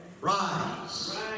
Rise